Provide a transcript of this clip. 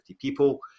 people